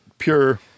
pure